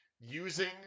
using